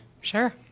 sure